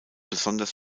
besonders